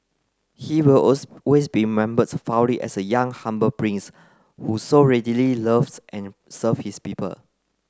he will always be remembered fondly as a young humble prince who so readily loved and served his people